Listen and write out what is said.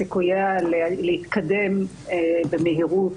סיכוייה להתקדם במהירות